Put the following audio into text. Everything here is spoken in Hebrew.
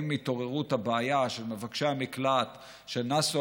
עם התעוררות הבעיה של מבקשי המקלט שנסו